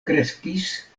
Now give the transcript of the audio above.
kreskis